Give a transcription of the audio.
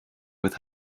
with